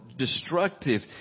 destructive